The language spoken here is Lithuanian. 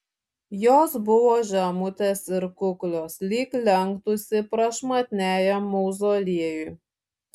jos buvo žemutės ir kuklios lyg lenktųsi prašmatniajam mauzoliejui